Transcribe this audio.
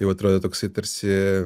jau atrodė toksai tarsi